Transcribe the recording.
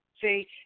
See